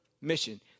mission